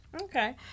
Okay